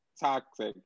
toxic